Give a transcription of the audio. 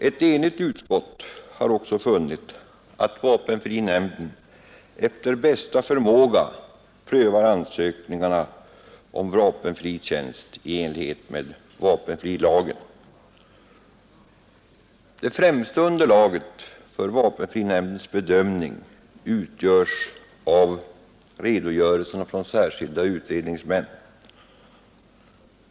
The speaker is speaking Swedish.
Ett enigt utskott har också funnit att vapenfrinämnden efter bästa förmåga prövar ansökningarna om vapenfri tjänst i enlighet med vapenfrilagen. Det främsta underlaget för vapenfrinämndens bedömning utgörs av redogörelser från särskilda utredningsmän.